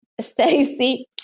Stacy